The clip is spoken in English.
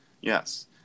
yes